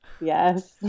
Yes